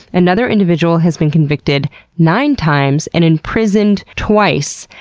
another individual has been convicted nine times and imprisoned twice.